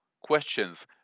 questions